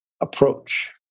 approach